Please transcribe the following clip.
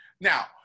now